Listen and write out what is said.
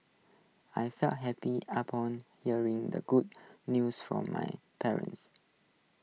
I felt happy upon hearing the good news from my parents